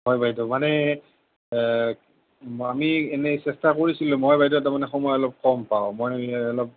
হয় বাইদেউ মানে আমি এনেই চেষ্টা কৰিছিলোঁ মই বাইদেউ তাৰ মানে সময় অলপ কম পাওঁ মই অলপ